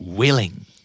Willing